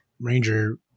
Ranger